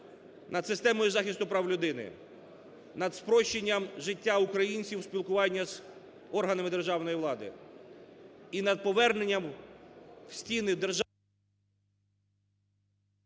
над системою захисту прав людини, над спрощенням життя українців, спілкування з органами державної влади і над поверненням в стіни…